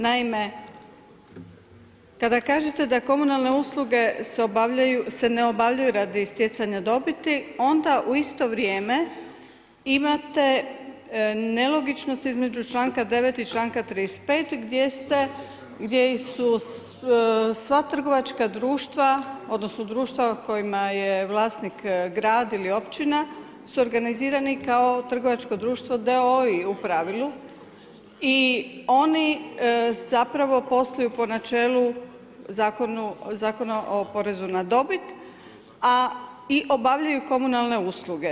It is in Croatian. Naime, kada kažete da komunalne usluge se ne obavljaju radi stjecanja dobiti, onda u isto vrijeme, imate nelogičnosti između čl. 9 i članka 35. gdje sva trgovačka društva, odnosno, društva u kojima je vlasnik grad ili općina, su organizirani, kao trgovačko društvo d.o.o. u pravilu i oni zapravo posluju po načelu Zakona o porezu na dobit i obavljaju komunalne usluge.